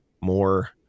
more